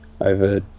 over